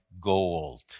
gold